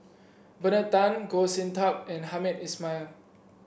Bernard Tan Goh Sin Tub and Hamed Ismail